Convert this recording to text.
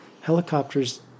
helicopters